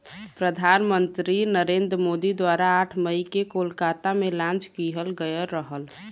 प्रधान मंत्री नरेंद्र मोदी द्वारा आठ मई के कोलकाता में लॉन्च किहल गयल रहल